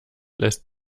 lässt